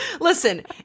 listen